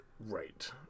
right